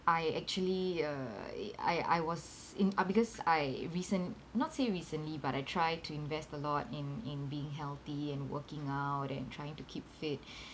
I actually uh I I was in ah because I recent~ not say recently but I try to invest a lot in in being healthy and working out and trying to keep fit